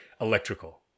electrical